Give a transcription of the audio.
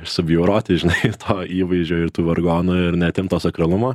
subjauroti žinai to įvaizdžio ir tų vargonų ir neatimt to sakralumo